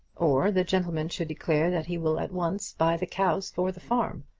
or the gentleman should declare that he will at once buy the cows for the farm.